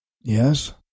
Yes